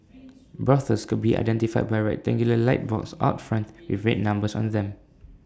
brothels could be identified by A rectangular light box out front with red numbers on them